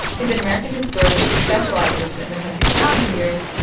he's an american historian who specializes in the country's founding years.